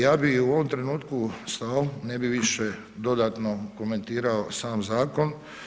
Ja bih u ovom trenutku stao, ne bih više dodatno komentirao sam zakon.